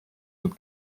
nad